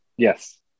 Yes